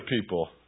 people